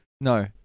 No